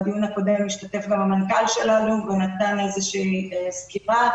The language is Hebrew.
בדיון הקודם השתתף המנכ"ל שלנו והוא נתן איזו שהיא סקירה.